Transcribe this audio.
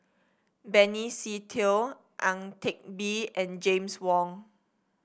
Benny Se Teo Ang Teck Bee and James Wong